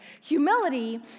Humility